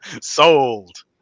sold